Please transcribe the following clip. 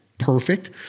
perfect